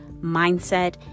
mindset